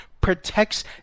protects